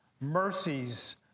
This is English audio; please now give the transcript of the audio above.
mercies